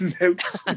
notes